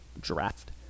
draft